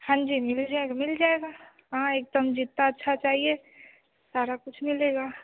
हाँ जी मिल जाएगा मिल जाएगा हाँ एकदम जितना अच्छा चाहिए सारा कुछ मिलेगा